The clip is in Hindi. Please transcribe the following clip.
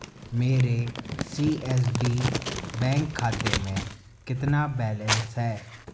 मेरे सी एस बी बैंक खाते में कितना बैलेंस है